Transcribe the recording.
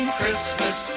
Christmas